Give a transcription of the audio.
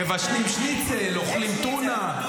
מבשלים שניצל, אוכלים טונה.